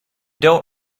don’t